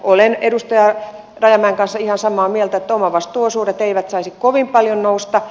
olen edustaja rajamäen kanssa ihan samaa mieltä että omavastuuosuudet eivät saisi kovin paljon nousta